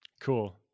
Cool